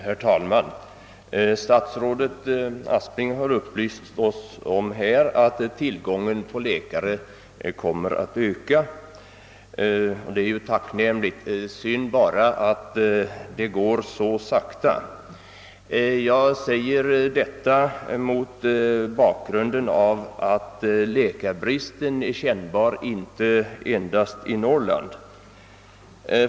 Herr talman! Statsrådet Aspling har upplyst oss om att tillgången på läkare kommer att öka. Det är tacknämligt. Det är bara synd att det går så sakta. Jag säger detta mot bakgrund av att läkarbristen är kännbar inte endast i Norrland.